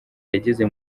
yageze